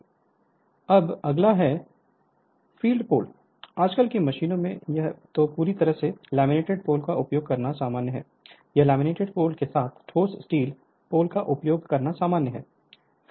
Refer Slide Time 1841 अब अगला है फील्ड पोल आजकल की मशीनों में या तो पूरी तरह से लैमिनेटेड पोल का उपयोग करना सामान्य है या लेमिनेटिंग पोल के साथ ठोस स्टील पोल का उपयोग करना सामान्य है